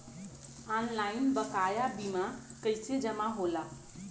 Online बकाया bill कैसे जमा होला?